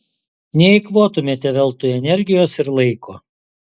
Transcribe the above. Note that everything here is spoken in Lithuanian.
neeikvotumėte veltui energijos ir laiko